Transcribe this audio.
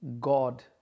God